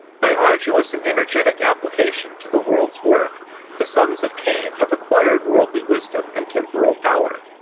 by arduous and energetic application to the world's work the sons of cain have acquired worldly wisdom and temporal power.